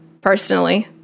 personally